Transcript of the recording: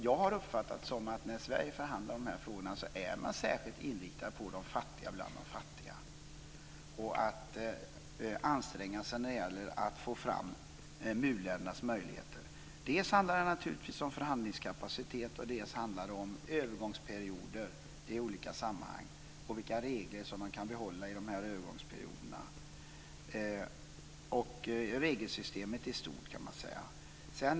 Jag har uppfattat det så att när Sverige förhandlar om dessa frågor är man särskilt inriktad på de fattigaste bland de fattiga och på att anstränga sig för att ta vara på u-ländernas möjligheter. Dels handlar det om förhandlingskapacitet, dels om övergångsperioder och vilka regler - dvs. regelsystemet i stort - som kan behållas under dessa övergångsperioder.